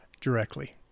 directly